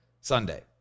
Sunday